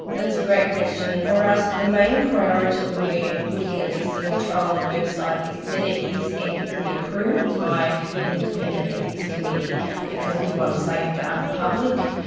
that's a great question, and for us the main priority when we are looking at listing a trial on the website is that it is ethically approved by an independent ethics committee because we want to safeguard the public.